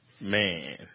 Man